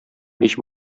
мич